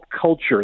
culture